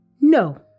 No